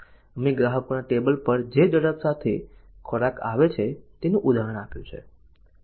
અમે ગ્રાહકોના ટેબલ પર જે ઝડપ સાથે ખોરાક આવે છે તેનું ઉદાહરણ આપ્યું છે